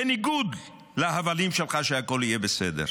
בניגוד להבלים שלך שהכול יהיה בסדר.